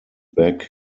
back